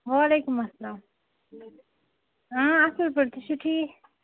وعلیکُم السلام اۭں اَصٕل پٲٹھۍ تُہۍ چھُو ٹھیٖک